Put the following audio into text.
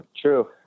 True